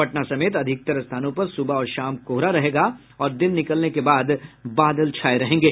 पटना समेत अधिकतर स्थानों पर सुबह और शाम कोहरा रहेगा और दिन निकलने के बाद बादल छाये रहेंगे